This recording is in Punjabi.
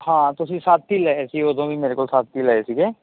ਹਾਂ ਤੁਸੀਂ ਸੱਤ ਈ ਲਏ ਸੀ ਉਦੋਂ ਵੀ ਮੇਰੇ ਕੋਲੋਂ ਸੱਤ ਈ ਲਏ ਸੀਗੇ